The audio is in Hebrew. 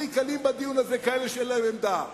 הכי קלים בדיון הזה אלה שאין להם עמדה,